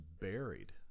buried